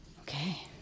Okay